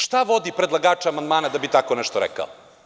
Šta vodi predlagače amandmana da bi tako nešto rekao?